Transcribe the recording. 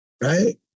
right